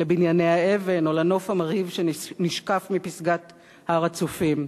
לבנייני האבן או לנוף המרהיב שנשקף מפסגת הר-הצופים.